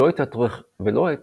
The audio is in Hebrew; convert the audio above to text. ולא את